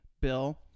bill